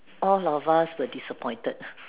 all of us were disappointed